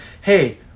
hey